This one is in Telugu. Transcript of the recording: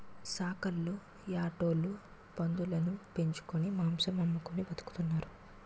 సాకల్లు యాటోలు పందులుని పెంచుకొని మాంసం అమ్ముకొని బతుకుతున్నారు